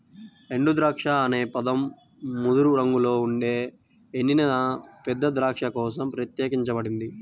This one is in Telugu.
ఎండుద్రాక్ష అనే పదం ముదురు రంగులో ఉండే ఎండిన పెద్ద ద్రాక్ష కోసం ప్రత్యేకించబడింది